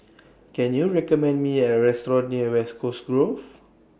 Can YOU recommend Me A Restaurant near West Coast Grove